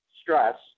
stress